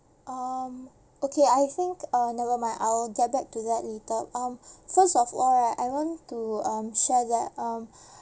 um okay I think uh never mind I'll get back to that later um first of all right I want to um share that um